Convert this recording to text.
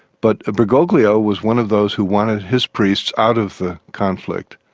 but bergoglio was one of those who wanted his priests out of the conflict.